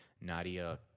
Nadia